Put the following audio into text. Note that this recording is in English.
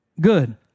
good